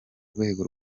rwego